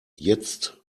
jetzt